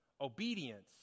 Obedience